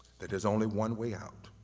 that there's only one way out.